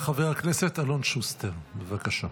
חבר הכנסת אלון שוסטר, בבקשה.